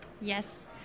yes